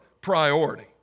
priority